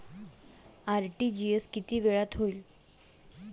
RTGS किती वेळात होईल?